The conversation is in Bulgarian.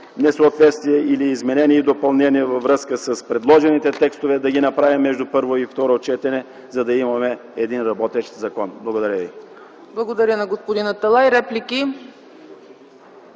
несъответствия или изменения и допълнения във връзка с предложените текстове, да ги направим между първо и второ четене, за да имаме един работещ закон. Благодаря Ви. ПРЕДСЕДАТЕЛ ЦЕЦКА ЦАЧЕВА: Благодаря на господин Аталай. Реплики?